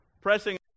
Pressing